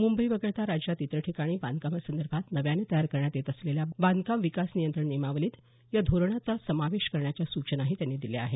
मुंबई वगळता राज्यात इतर ठिकाणी बांधकामासंदर्भात नव्याने तयार करण्यात येत असलेल्या बांधकाम विकास नियंत्रण नियमावलीत या धोरणाचा समावेश करण्याच्या सूचनाही त्यांनी दिल्या आहेत